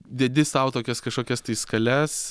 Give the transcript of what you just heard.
dedi sau tokias kažkokias tai skales